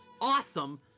awesome